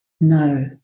No